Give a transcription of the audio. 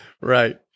Right